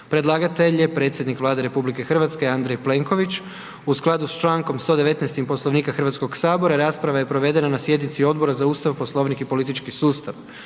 Predlagatelj je ponovno predsjednik Vlade, Andrej Plenković, a u skladu s člankom 119.-im Poslovnika Hrvatskog sabora rasprava je provedena na sjednici Odbora za Ustav, Poslovnik i politički sustav.